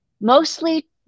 Mostly